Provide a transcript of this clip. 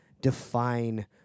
define